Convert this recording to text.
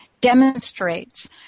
demonstrates